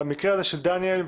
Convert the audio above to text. במקרה הזה של דניאל,